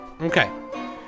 Okay